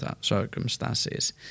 circumstances